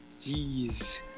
jeez